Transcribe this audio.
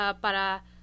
para